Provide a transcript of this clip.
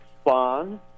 Spawn